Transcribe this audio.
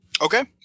Okay